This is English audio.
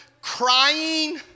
Crying